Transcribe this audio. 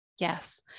Yes